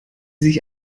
sich